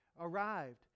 arrived